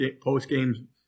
post-game